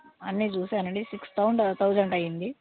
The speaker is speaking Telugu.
అన్నీ చూశాను అండి సిక్స్ తౌన్డ్ థౌసండ్ అయ్యింది